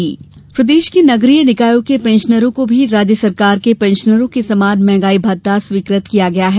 मंहगाई मत्ता प्रदेश के नगरीय निकायों के पेंशनरों को भी राज्य सरकार के पेंशनरों के समान मंहगाई भत्ता स्वीकृत किया गया है